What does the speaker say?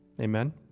Amen